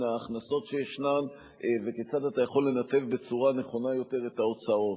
ההכנסות שישנן וכיצד אתה יכול לנתב בצורה נכונה יותר את ההוצאות.